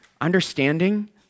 Understanding